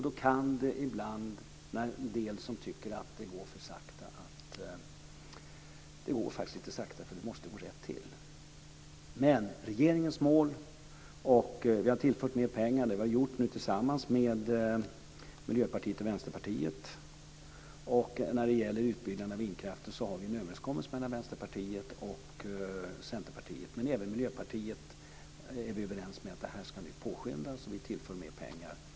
Då kan det ibland vara en del som tycker att det går för sakta. Det går faktiskt sakta därför att det måste gå rätt till. Regeringen har tillfört mer pengar, tillsammans med Miljöpartiet och Vänsterpartiet. När det gäller utbyggnaden av vindkraften har vi en överenskommelse med Vänsterpartiet och Centerpartiet. Vi är även överens med Miljöpartiet om att arbetet ska påskyndas, och vi tillför mer pengar.